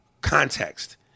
context